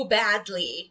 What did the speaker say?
badly